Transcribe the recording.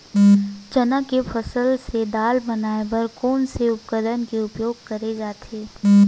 चना के फसल से दाल बनाये बर कोन से उपकरण के उपयोग करे जाथे?